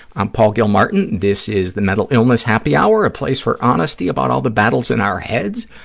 i'm paul gilmartin. this is the mental illness happy hour, a place for honesty about all the battles in our heads,